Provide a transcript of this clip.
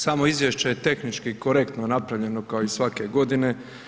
Samo izvješće je tehnički korektno napravljeno kao i svake godine.